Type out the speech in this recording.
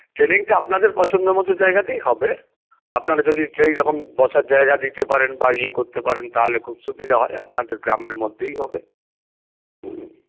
ট্রেনিংটা আপনাদের পছন্দ মতো জায়গাতেই হবে আপনারা যদি সেইরকম বসার জায়গা দিতে পারেন বা ইয়ে করতে পারেন তাহলে খুব সুবিধে হয় আপনাদের গ্রামের মধ্যেই হবে হ্যাঁ